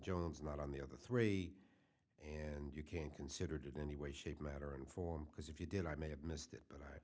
jones not on the other three and you can considered any way shape matter and form because if you did i may have missed it but